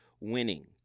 winning